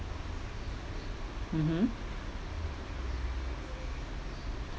mmhmm